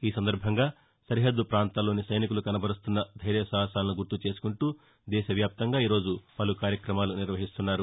ఈ సందర్బంగా సరిహద్దు పాంతాల్లోని సైనికులు కనబరుస్తున్న ధైర్యసాహసాలను గుర్తు చేసుకుంటూ దేశ వ్యాప్తంగా ఈరోజు పలు కార్యక్రమాలు నిర్వహిస్తున్నారు